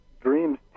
dreams